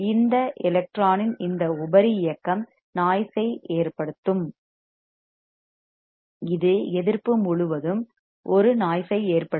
இந்த எலக்ட்ரானின் இந்த உபரி இயக்கம் நாய்ஸ் ஐ ஏற்படுத்தும் இது எதிர்ப்பு முழுவதும் ஒரு நாய்ஸ் ஐ ஏற்படுத்தும்